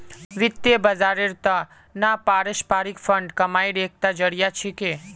वित्त बाजारेर त न पारस्परिक फंड कमाईर एकता जरिया छिके